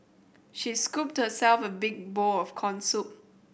she scooped herself a big bowl of corn soup